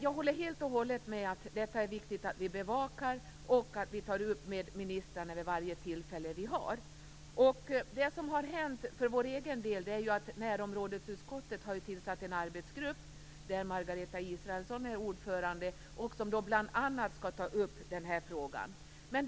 Jag håller helt och hållet med att det är viktigt att vi bevakar det och att vi tar upp frågan med ministrarna vid varje tillfälle vi har. Det som har hänt för vår egen del är att Närområdesutskottet har tillsatt en arbetsgrupp där Margareta Israelsson är ordförande. Den skall bl.a. ta upp den här frågan.